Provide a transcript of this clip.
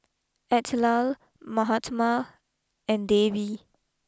Atal Mahatma and Devi